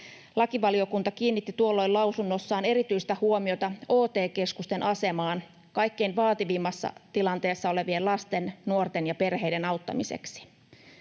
Lakivaliokunta kiinnitti tuolloin lausunnossaan erityistä huomiota OT-keskusten asemaan kaikkein vaativimmassa tilanteessa olevien lasten, nuorten ja perheiden auttamiseksi.